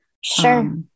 Sure